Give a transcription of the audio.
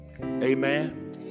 Amen